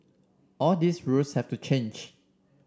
all these rules have to change